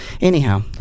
Anyhow